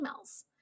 emails